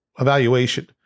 evaluation